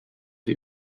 the